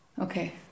okay